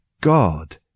God